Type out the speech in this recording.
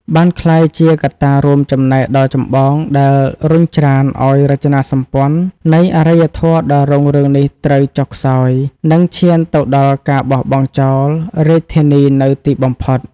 បានក្លាយជាកត្តារួមចំណែកដ៏ចម្បងដែលរុញច្រានឱ្យរចនាសម្ព័ន្ធនៃអរិយធម៌ដ៏រុងរឿងនេះត្រូវចុះខ្សោយ និងឈានទៅដល់ការបោះបង់ចោលរាជធានីនៅទីបំផុត។